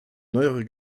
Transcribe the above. neuere